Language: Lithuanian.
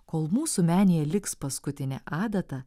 kol mūsų menėje liks paskutinė adata